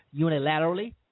unilaterally